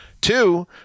two